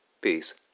Peace